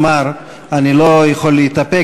אני לא יכול להתאפק,